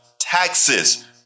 taxes